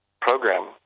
program